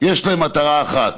יש מטרת אחת,